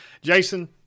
Jason